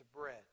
bread